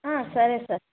సరే సార్